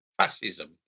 fascism